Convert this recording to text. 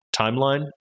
timeline